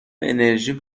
انرژیم